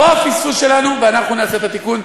פה הפספוס שלנו, ואנחנו נעשה את התיקון.